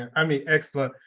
and i mean, excellent.